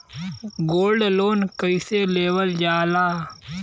Gold loan कईसे लेवल जा ला?